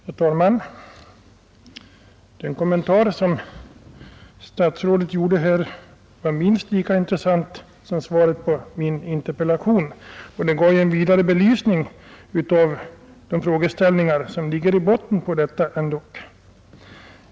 Herr talman! Den kommentar som herr statsrådet nu gjorde var minst lika intressant som svaret på min interpellation, och den gav en vidare belysning av de frågeställningar vilka ligger i botten av detta spörsmål.